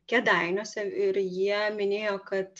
kėdainiuose ir jie minėjo kad